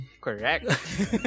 Correct